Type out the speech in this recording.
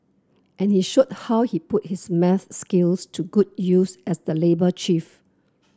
and he showed how he put his maths skills to good use as the labour chief